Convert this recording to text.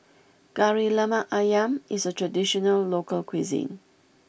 Kari Lemak Ayam is a traditional local cuisine